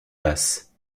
basse